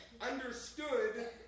understood